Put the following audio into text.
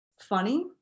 funny